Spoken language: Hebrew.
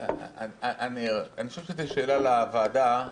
אני חושב שזו שאלה לוועדה,